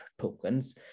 tokens